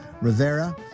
Rivera